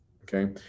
okay